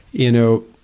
you know,